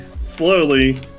slowly